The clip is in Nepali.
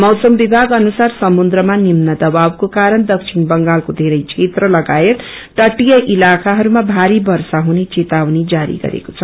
मौसम विभाग अनुसर समुन्द्रमा निम्न दवाबको कारण दक्षिण बंगालको धेरै क्षेत्र लगायत तटिय इताखाहरूमा भारी वर्षा हुने चेतरवनी जारी गरेको छ